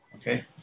Okay